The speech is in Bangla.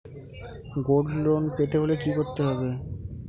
গোল্ড লোন পেতে হলে কি করতে হবে?